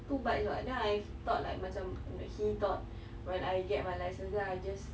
two bikes [what] then I thought like macam he thought when I get my license then I just